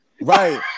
right